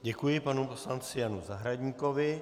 Děkuji panu poslanci Janu Zahradníkovi.